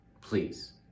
Please